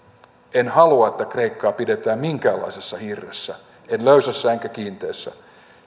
en halua että kreikkaa pidetään minkäänlaisessa hirressä en löysässä enkä kiinteässä